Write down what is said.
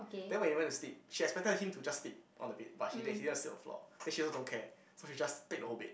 then when he went to sleep she expected him to just sleep on the bed but he didn't he just sleep on the floor then she also don't care so she just take the whole bed